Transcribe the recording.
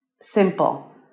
simple